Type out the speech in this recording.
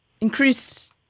increase